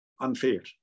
unfair